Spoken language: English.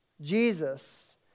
Jesus